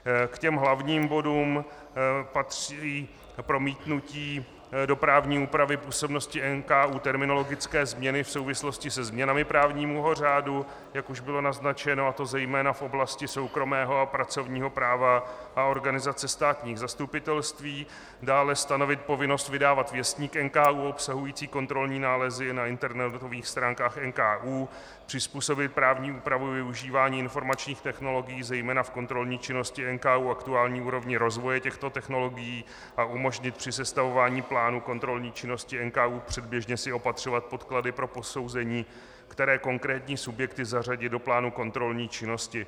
K těm hlavním bodům patří promítnutí do právní úpravy působnosti NKÚ terminologické změny v souvislosti se změnami právního řádu, jak už bylo naznačeno, a to zejména v oblasti soukromého a pracovního práva a organizace státních zastupitelství, dále stanovit povinnost vydávat věstník NKÚ obsahující kontrolní nálezy na internetových stránkách NKÚ, přizpůsobit právní úpravu využívání informačních technologií zejména v kontrolní činnosti NKÚ, aktuální úrovni rozvoje těchto technologií a umožnit při sestavování plánu kontrolní činnosti NKÚ předběžně si opatřovat podklady pro posouzení, které konkrétní subjekty zařadit do plánu kontrolní činnosti.